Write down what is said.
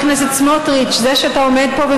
תודה, אדוני היושב-ראש, אני אוהב אותך.